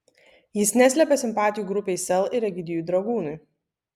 jis neslepia simpatijų grupei sel ir egidijui dragūnui